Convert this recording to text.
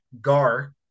gar